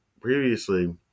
previously